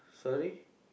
sorry